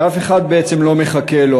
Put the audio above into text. ואף אחד בעצם לא מחכה לו.